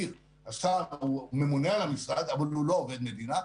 השר הוא ממונה על המשרד אבל הוא לא עובד מדינה.